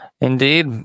Indeed